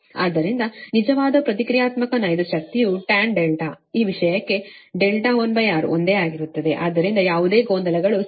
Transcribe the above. ಆದ್ದರಿಂದ ನಿಜವಾದ ಪ್ರತಿಕ್ರಿಯಾತ್ಮಕ ನೈಜ ಶಕ್ತಿಯುtan ಈ ವಿಷಯಕ್ಕೆR1 ಒಂದೇ ಆಗಿರುತ್ತದೆ ಆದ್ದರಿಂದ ಯಾವುದೇ ಗೊಂದಲಗಳು ಸರಿಯಾಗಿರಬಾರದು